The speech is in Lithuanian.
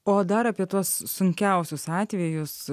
o dar apie tuos sunkiausius atvejus